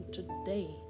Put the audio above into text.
today